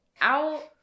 out